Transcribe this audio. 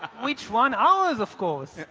which one? ours, of course.